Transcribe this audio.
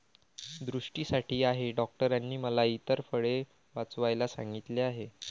दृष्टीसाठी आहे डॉक्टरांनी मला इतर फळे वाचवायला सांगितले आहे